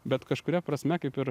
bet kažkuria prasme kaip ir